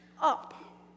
up